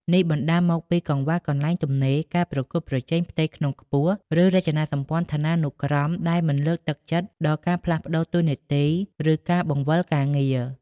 នេះបណ្តាលមកពីកង្វះកន្លែងទំនេរ ការប្រកួតប្រជែងផ្ទៃក្នុងខ្ពស់ ឬរចនាសម្ព័ន្ធឋានានុក្រមដែលមិនលើកទឹកចិត្តដល់ការផ្លាស់ប្តូរតួនាទី ឬការបង្វិលការងារ។